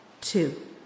Two